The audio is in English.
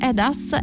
Edas